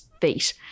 feet